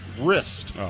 wrist